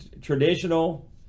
traditional